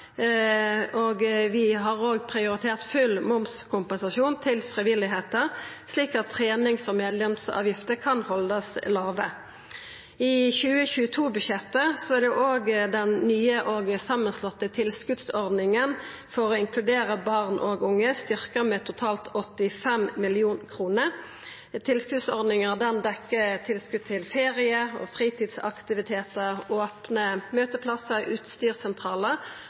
Vi har òg prioritert full momskompensasjon til frivilligheita, slik at trenings- og medlemsavgifter kan haldast låge. I 2022-budsjettet er òg den nye og samanslåtte tilskotsordninga for å inkludera barn og unge styrkt med totalt 85 mill. kr. Tilskotsordninga dekkjer m.a. tilskot til ferie og fritidsaktivitetar, opne møteplassar,